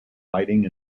lighting